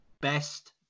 best